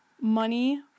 money